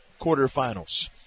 quarterfinals